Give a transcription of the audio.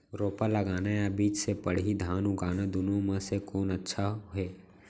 रोपा लगाना या बीज से पड़ही धान उगाना दुनो म से कोन अच्छा हे?